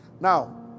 Now